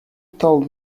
told